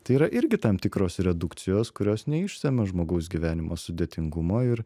tai yra irgi tam tikros redukcijos kurios neišsemia žmogaus gyvenimo sudėtingumo ir